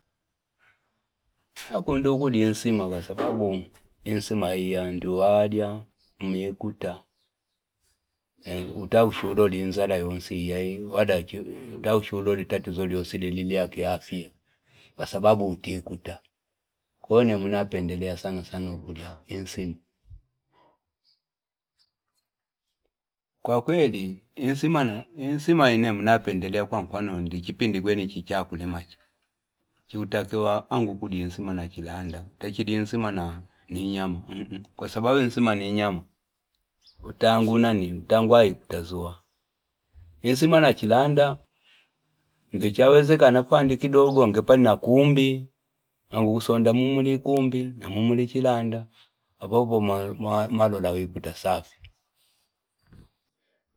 Nakunda ukulya insima kwa sababu ansima ya ndi walya umikuta utakusha ulole inzala yonsi iya wala utakusha ulole itatizo iyonsi lilya lya kiafya kwa sababu utikuta kwahiyo nemwi napendelea sana sana, insima kwakweli insima ii nemwi napendelea kwa mfano ndi chipindi kwene chi chakulima chii chikutakiwa angeukulya msima na chilanda utachilya insima ni inyama kwa sababu insima ni inyama utange uwaikuta zuwa insima na chikinda ngi chawezekana fuandi na kidogoange pali na twakubi ange ukusunda muli kumbi na muli chilanda apano umalola wikuta safi.